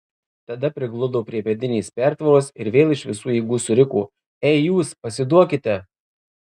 tada prigludo prie medinės pertvaros ir vėl iš visų jėgų suriko ei jūs pasiduokite